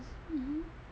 mmhmm